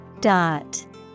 Dot